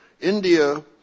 India